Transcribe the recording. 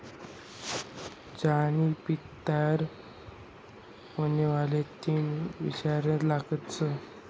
चहानी पत्ती तयार हुवाले तीन वरीस लागतंस